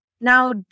Now